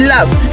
Love